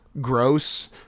gross